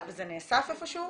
זה נאסף איפשהו?